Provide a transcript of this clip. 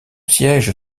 siège